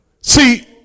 See